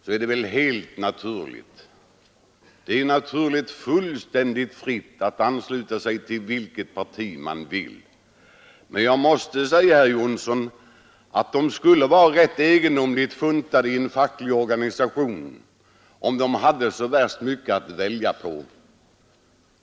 Ja, det är ju helt naturligt att man har fullständig frihet att ansluta sig till vilket parti man vill. Men jag måste säga, herr Jonsson, att de skulle vara rätt egendomligt funtade i en facklig organisation om de hade så värst mycket att välja på.